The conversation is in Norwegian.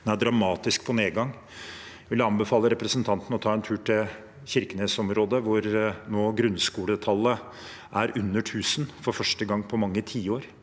er i dramatisk nedgang. Jeg vil anbefale representanten å ta en tur til Kirkenes-området, hvor grunnskoletallet nå er under 1 000 for første gang på mange tiår.